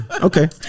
Okay